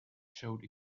showed